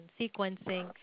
sequencing